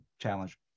challenge